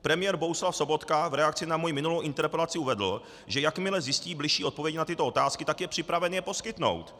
Premiér Bohuslav Sobotka v reakci na moji minulou interpelaci uvedl, že jakmile zjistí bližší odpověď na tyto otázky, tak je připraven ji poskytnout.